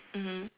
mmhmm